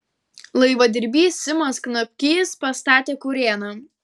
laivadirbys simas knapkys pastatė kurėną